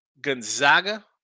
Gonzaga